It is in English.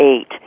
eight